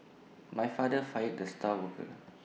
my father fired the star worker